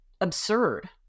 absurd